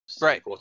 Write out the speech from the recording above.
Right